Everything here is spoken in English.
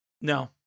No